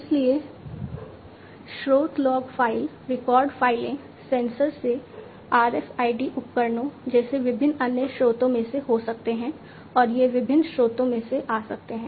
इसलिए स्रोत log file record फाइलें सेंसर से RFID उपकरणों जैसे विभिन्न अन्य स्रोतों से हो सकते हैं और ये विभिन्न स्रोतों से आ सकते हैं